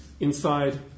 Inside